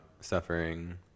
suffering